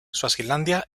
suazilandia